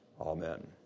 Amen